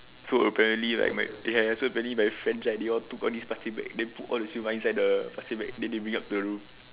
so apparently like ya so apparently my friend right they all took all these plastic bags then put all the siew-mai inside the plastic bag then they bring up to the room